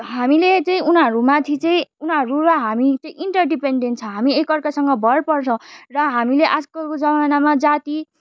हामीले चाहिँ उनाहरूमाथि चाहिँ उनीहरू र हामी चाहिँ इन्टर डिपेन्डेन्ड छ हामी एक अर्कासँग भर पर्छौँ र हामीेले आजकलको जमानामा जाति